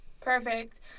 Perfect